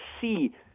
see